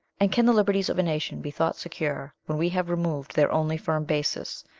and can the liberties of a nation be thought secure when we have removed their only firm basis,